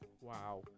Wow